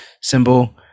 symbol